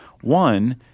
One